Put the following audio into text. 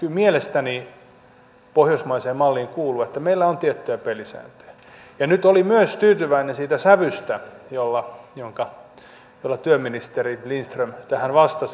kyllä mielestäni pohjoismaiseen malliin kuuluu että meillä on tiettyjä pelisääntöjä ja nyt olin tyytyväinen myös siitä sävystä jolla työministeri lindström tähän vastasi